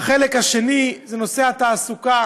החלק השני זה נושא התעסוקה.